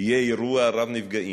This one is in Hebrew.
יהיה אירוע רב-נפגעים,